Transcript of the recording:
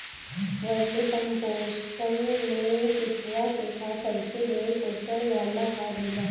vermi composting में केचुआ के खाद सबसे ढेर पोषण वाला खाद होला